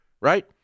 right